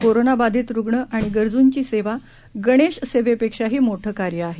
corona बाधित रुग्ण आणि गरजूंची सेवा गणेशसेवेपेक्षाही मोठं कार्य आहे